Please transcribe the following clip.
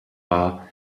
war